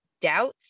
doubts